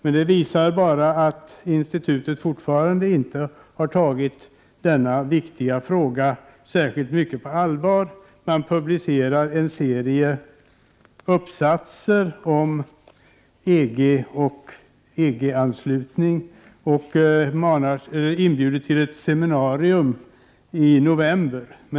Den visar bara att institutet ännu inte har tagit denna viktiga fråga på särskilt stort allvar. Det publicerar en serie uppsatser om EG och EG-anslutning och inbjuder till ett seminarium som äger rum i november.